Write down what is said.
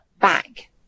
back